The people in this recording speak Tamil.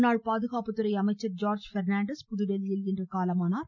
முன்னாள் பாதுகாப்புத்துறை அமைச்சர் ஜார்ஜ் பெர்னான்டஸ் புதுதில்லியில் இன்று காலமானார்